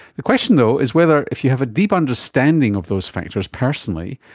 the question though is whether if you have a deep understanding of those factors personally,